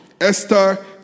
Esther